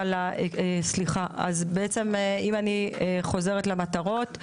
אם אני חוזרת למטרות,